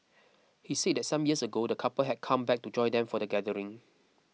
he said that some years ago the couple had come back to join them for the gathering